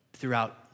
throughout